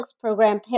program